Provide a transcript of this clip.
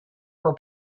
were